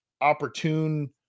opportune